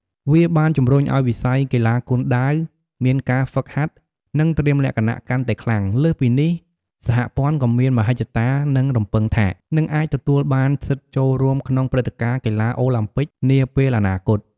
វាបានជំរុញឱ្យវិស័យកីឡាគុនដាវមានការហ្វឹកហាត់ និងត្រៀមលក្ខណៈកាន់តែខ្លាំង លើសពីនេះ សហព័ន្ធក៏មានមហិច្ឆតា និងរំពឹងថា នឹងអាចទទួលបានសិទ្ធិចូលរួមក្នុងព្រឹត្តិការណ៍កីឡាអូឡាំពិកនាពេលអនាគត។